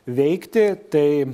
veikti tai